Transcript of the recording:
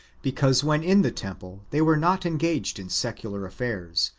because when in the temple they were not engaged in secular affairs,